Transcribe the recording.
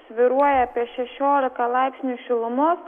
svyruoja apie šešiolika laipsnių šilumos